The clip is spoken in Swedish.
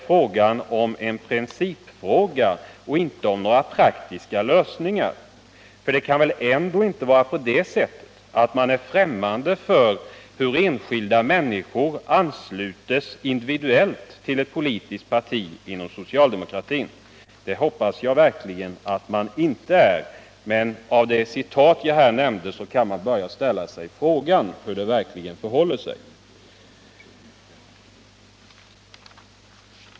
Detta är en principfråga och inte en fråga om vilka praktiska lösningar man bör välja. Men det kan väl ändå inte vara på det sättet att man inom det soicaldemokratiska partiet inte känner till att enskilda människor kan anslutas individuellt till ett politiskt parti? Det hoppas jag verkligen att man inte är främmande för, men av det citat jag här föredrog skulle man kunna dra den slutsatsen och börja undra hur det verkligen förhåller sig.